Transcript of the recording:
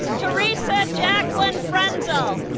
teresa jacquelin frenzel